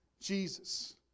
Jesus